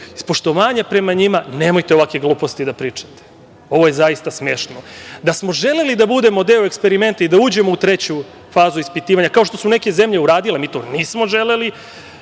poštovanja prema njima, nemojte ovakve gluposti da pričate. Ovo je zaista smešno. Da smo želeli da budemo deo eksperimenta i da uđemo u treću fazu ispitivanja, kao što su neke zemlje uradile, mi to nismo želeli.